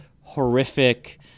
horrific